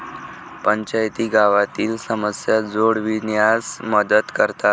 पंचायती गावातील समस्या सोडविण्यास मदत करतात